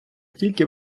тільки